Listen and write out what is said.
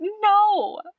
No